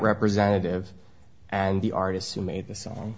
representative and the artists who made the song